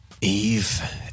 Eve